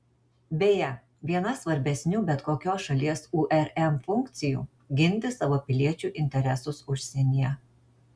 beje viena svarbesnių bet kokios šalies urm funkcijų ginti savo piliečių interesus užsienyje